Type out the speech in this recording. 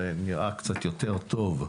זה נראה קצת יותר טוב,